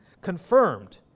confirmed